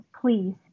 please